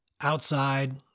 Outside